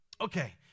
Okay